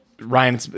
Ryan